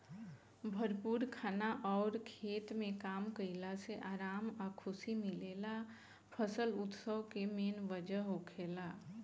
भरपूर खाना अउर खेत में काम कईला से आराम आ खुशी मिलेला फसल उत्सव के मेन वजह होखेला